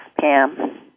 Pam